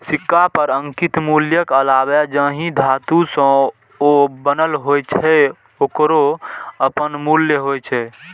सिक्का पर अंकित मूल्यक अलावे जाहि धातु सं ओ बनल होइ छै, ओकरो अपन मूल्य होइ छै